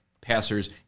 passers